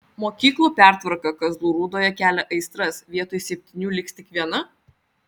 mokyklų pertvarka kazlų rūdoje kelia aistras vietoj septynių liks tik viena